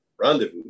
rendezvous